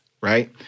right